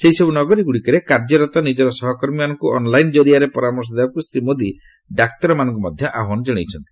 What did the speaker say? ସେହିସବୁ ନଗରୀ ଗୁଡ଼ିକରେ କାର୍ଯ୍ୟରତ ନିଜର ସହକର୍ମୀମାନଙ୍କୁ ଅନ୍ଲାଇନ୍ କରିଆରେ ପରାମର୍ଶ ଦେବାକୁ ଶ୍ରୀ ମୋଦି ଡାକ୍ତରମାନଙ୍କୁ ମଧ୍ୟ ଆହ୍ୱାନ କଣାଇଛନ୍ତି